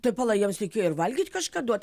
tai pala jiems reikėjo ir valgyt kažką duot